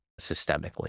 systemically